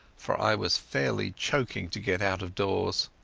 for i was fairly choking to get out of doors.